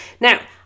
now